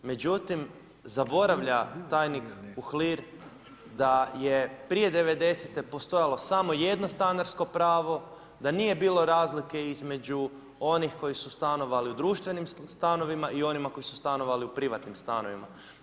Međutim, zaboravlja tajnik Uhlir da je prije '90. postojalo samo jedno stanarsko pravo, da nije bilo razlike između onih koji su stanovali u društvenim stanovima i onima koji su stanovali u privatnim stanovima.